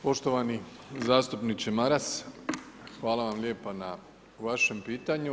Poštovani zastupniče Maras, hvala vam lijepa na vašem pitanju.